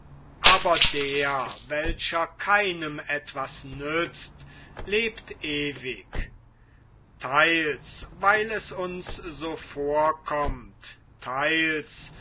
aber der welcher keinem etwas nützt lebt ewig theils weil es uns so vorkommt theils